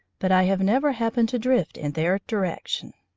but i have never happened to drift in their direction.